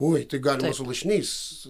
oi tai gal su lašiniais